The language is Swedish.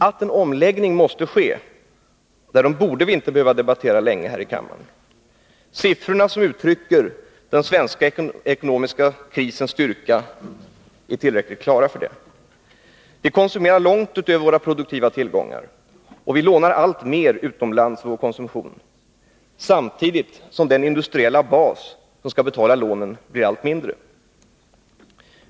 Att en omläggning måste ske, därom borde vi inte behöva debattera länge här i kammaren. Siffrorna som uttrycker den svenska ekonomiska krisens styrka är tillräckligt klara. Vi konsumerar långt utöver våra produktiva tillgångar och lånar alltmer utomlands för vår konsumtion, samtidigt som den industriella bas som skall betala lånen blir allt mindre.